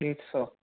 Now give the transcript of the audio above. ॾेढ सौ